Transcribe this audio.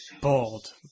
bald